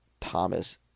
Thomas